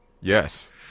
yes